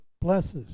blesses